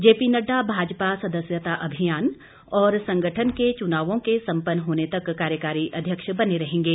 JP Nadda Bhajpa सदस्यता अभियान और संगठन के चुनावों के संपन्न होने तक कार्यकारी अध्यक्ष बने रहेंगे